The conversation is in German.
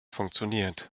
funktioniert